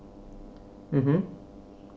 mmhmm